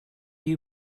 you